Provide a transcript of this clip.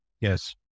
Yes